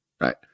Right